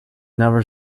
never